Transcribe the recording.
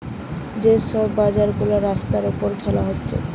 যে সব বাজার গুলা রাস্তার উপর ফেলে হচ্ছে